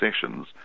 sessions